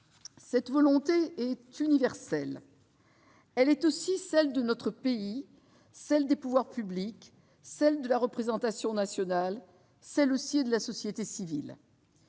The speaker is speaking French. Cette volonté est universelle. Elle est aussi celle de notre pays, celle des pouvoirs publics, de la représentation nationale ainsi que de la société civile.